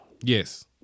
yes